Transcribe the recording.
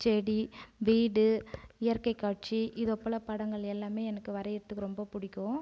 செடி வீடு இயற்கை காட்சி இதை போல் படங்கள் எல்லாமே எனக்கு வரைகிறதுக்கு ரொம்ப பிடிக்கும்